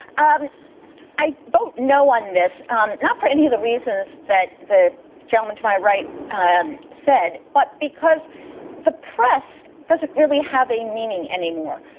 um i vote, no, on this um not for any of the reasons that the gentleman to my right said, but because the press doesn't really have a meaning anymore.